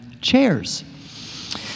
chairs